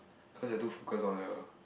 cause you're too focused on your